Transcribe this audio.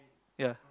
ya